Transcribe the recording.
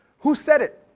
who said it?